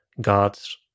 God's